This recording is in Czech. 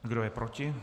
Kdo je proti?